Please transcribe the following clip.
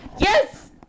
yes